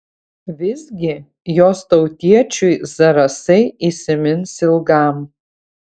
visgi jos tautiečiui zarasai įsimins ilgam